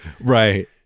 Right